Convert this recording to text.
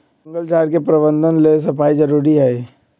जङगल झार के प्रबंधन लेल सफाई जारुरी हइ